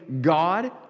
God